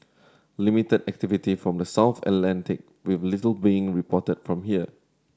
limited activity from the south Atlantic with little being reported from here